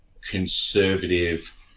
conservative